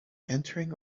entering